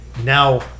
now